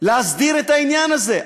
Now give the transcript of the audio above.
להסדיר את העניין הזה.